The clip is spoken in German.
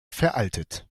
veraltet